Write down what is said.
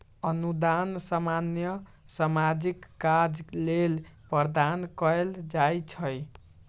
अनुदान सामान्य सामाजिक काज लेल प्रदान कएल जाइ छइ